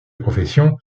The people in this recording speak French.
profession